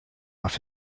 off